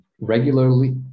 regularly